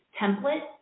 template